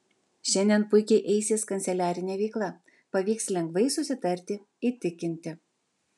šiandien puikiai eisis kanceliarinė veikla pavyks lengvai susitarti įtikinti